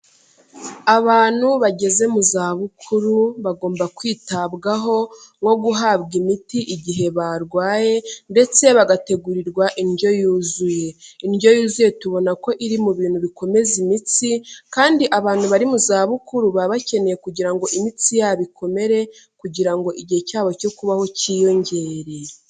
Abantu bageze mu zabukuru bagomba kwitabwaho nko guhabwa imiti igihe barwaye ndetse bagategurirwa indyo yuzuye, indyo yuzuye tubona ko iri mu bintu bikomeza imitsi kandi abantu bari mu zabukuru baba bakeneye kugira ngo imitsi yabo ikomere kugira igihe cyabo cyo kubaho cyiyongere.